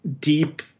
deep